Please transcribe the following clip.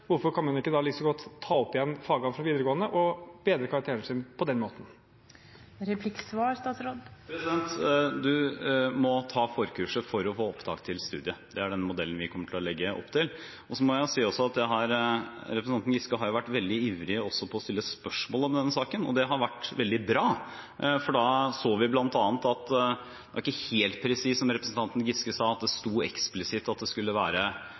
hvorfor kan man ikke like godt ta opp igjen fagene fra videregående og bedre karakteren på den måten? Man må ta forkurset for å få opptak til studiet, det er den modellen vi kommer til å legge opp til. Jeg må også si at representanten Giske har vært veldig ivrig etter å stille spørsmål om denne saken, og det har vært veldig bra, for da så vi bl.a. at det ikke var helt presist, som representanten Giske sa, at det stod eksplisitt at det skulle være